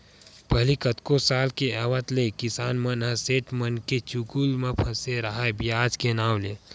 पहिली कतको साल के आवत ले किसान मन ह सेठ मनके चुगुल म फसे राहय बियाज के नांव ले